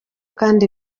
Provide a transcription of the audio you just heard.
kandi